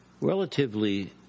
Relatively